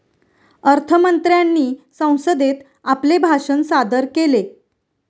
अर्थ मंत्र्यांनी संसदेत आपले भाषण सादर केले